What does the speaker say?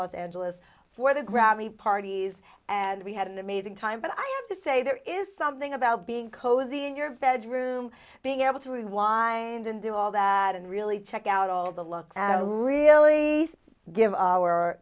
los angeles for the gravity parties and we had an amazing time but i have to say there is something about being cozy in your village room being able to rewind and do all that and really check out all the luck really give our